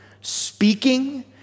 speaking